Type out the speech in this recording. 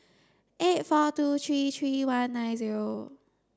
eight four two three three one nine zero